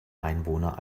einwohner